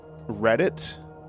Reddit